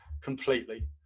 completely